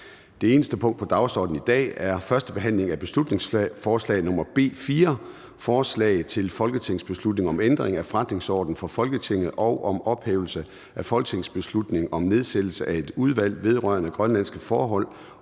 Det eneste punkt på dagsordenen er: 1) 1. behandling af beslutningsforslag nr. B 4: Forslag til folketingsbeslutning om ændring af forretningsorden for Folketinget og om ophævelse af folketingsbeslutning om nedsættelse af et udvalg vedrørende grønlandske forhold